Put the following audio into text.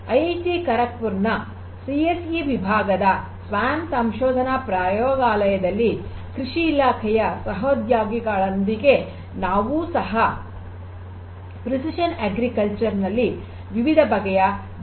IIT Kharagpur ನ CSE ವಿಭಾಗದ ಸ್ವಾನ್ ಸಂಶೋಧನಾ ಪ್ರಯೋಗಾಲಯದಲ್ಲಿ ಕೃಷಿ ಇಲಾಖೆಯ ಸಹೋದ್ಯೋಗಿಗಳೊಂದಿಗೆ ನಾವೂ ಸಹ ಪ್ರೆಸಿಷನ್ ಅಗ್ರಿಕಲ್ಚರ್ ನಲ್ಲಿ ವಿವಿಧ ಬಗೆಯ ಡ್ರೋನ್ಸ್ ಗಳನ್ನು ಉಪಯೋಗಿಸುತ್ತಿದ್ದೇವೆ